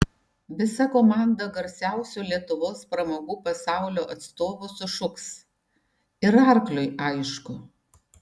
visa komanda garsiausių lietuvos pramogų pasaulio atstovų sušuks ir arkliui aišku